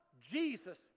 Jesus